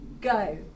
Go